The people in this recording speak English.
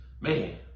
man